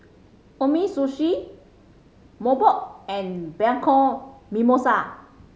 Umisushi Mobot and Bianco Mimosa